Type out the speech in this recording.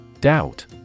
Doubt